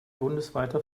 bundesweiter